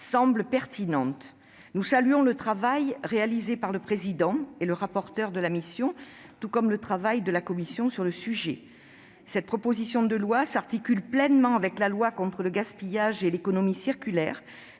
semble pertinente. Nous saluons le travail réalisé par le président et le rapporteur de la mission, tout comme celui de la commission sur le sujet. Cette proposition de loi s'articule pleinement avec la loi relative à la lutte contre le gaspillage et à l'économie circulaire,